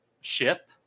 ship